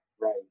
Right